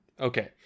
okay